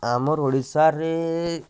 ଆମର୍ ଓଡ଼ିଶାରେ